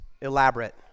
elaborate